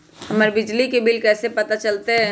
हमर बिजली के बिल कैसे पता चलतै?